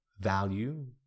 value